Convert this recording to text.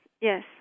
yes